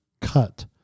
cut